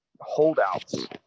holdouts